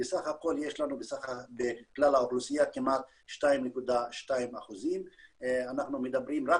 בסך הכול יש לנו בכלל האוכלוסייה כמעט 2.2%. אנחנו מדברים רק